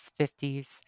50s